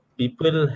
people